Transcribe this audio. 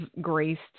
graced